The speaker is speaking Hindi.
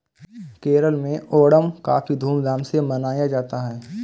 केरल में ओणम काफी धूम धाम से मनाया जाता है